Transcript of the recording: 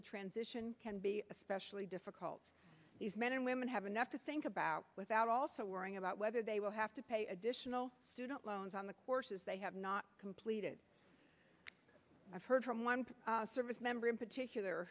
the transition can be especially difficult these men and women have enough to think about without also worrying about whether they will have to pay additional student loans on the courses they have not completed i've heard from one service member in particular